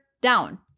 down